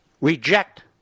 reject